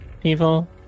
people